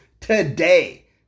today